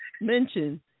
mention